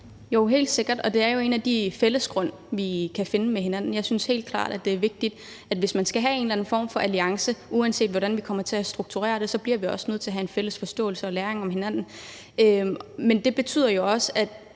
Jo, helt sikkert. Og det er jo en fælles grund, vi kan finde med hinanden. Jeg synes helt klart, at hvis vi skal have en eller anden form for alliance, uanset hvordan vi kommer til at strukturere det, så bliver vi også nødt til at have en fælles forståelse og læring om hinanden. Men det betyder jo også, at